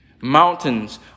Mountains